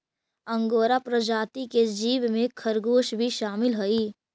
angora प्रजाति के जीव में खरगोश भी शामिल हई